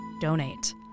donate